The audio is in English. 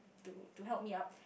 to to help me up